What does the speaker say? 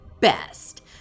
best